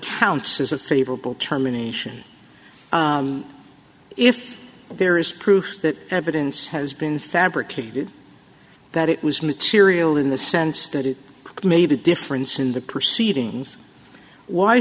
as a favorable terminations if there is proof that evidence has been fabricated that it was material in the sense that it may be a difference in the proceedings why